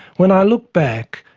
when i look back,